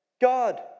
God